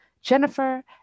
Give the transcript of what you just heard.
Jennifer